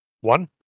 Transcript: One